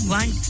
one